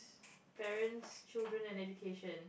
parents children and education